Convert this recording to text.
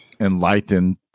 enlightened